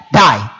die